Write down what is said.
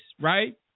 right